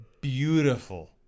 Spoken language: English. beautiful